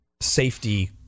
safety